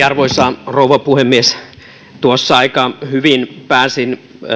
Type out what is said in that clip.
arvoisa rouva puhemies aika hyvin pääsin